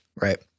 right